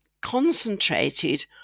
concentrated